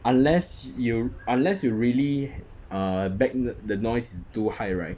unless you unless you really err back the the noise too high right